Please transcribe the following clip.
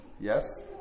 Yes